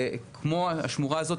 כמו השמורה הזאת,